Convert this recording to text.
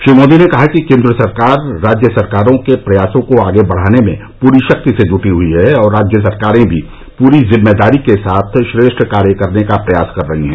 श्री मोदी ने कहा कि केन्द्र सरकार राज्य सरकारों के प्रयासों को आगे बढ़ाने में पूरी शक्ति से जुटी हुई है और राज्य सरकारें भी पूरी जिम्मेदारी के साथ श्रेष्ठ कार्य करने का प्रयास कर रही है